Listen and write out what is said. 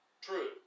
true